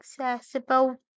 accessible